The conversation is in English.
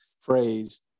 phrase